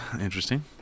interesting